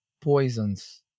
poisons